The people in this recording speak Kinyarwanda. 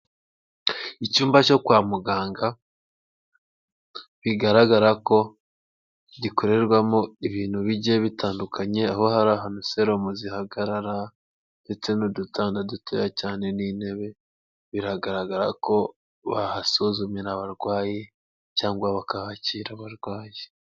Icyumba cyo kwa muganga bigaragara ko gikorerwamo ibintu bigiye bitandukanye, aho hari ahantu serumu zihagarara ndetse n'udutanda dutoya cyane n'intebe biragaragara ko bahasuzumira abarwayi cyangwa bakahakira abarwayi.